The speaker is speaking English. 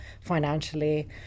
financially